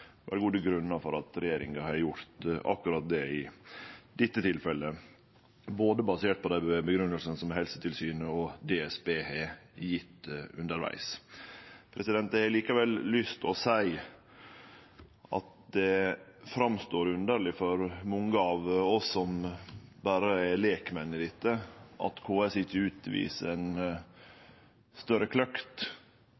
vere gode grunnar for at regjeringa har gjort akkurat det i dette tilfellet, basert på dei grunngjevingane som både Helsetilsynet og DSB har gjeve undervegs. Eg har likevel lyst til å seie at det står fram som underleg for mange av oss som berre er lekmenn i dette, at KS ikkje